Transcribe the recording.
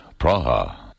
Praha